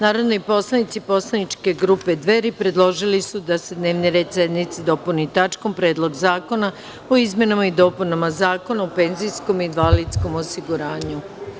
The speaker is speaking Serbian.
Narodni poslanici poslaničke grupe Dveri predložili su da se dnevni red sednice dopuni tačkom – Predlog zakona o izmenama i dopunama Zakona o penzijskom i invalidskom osiguranju.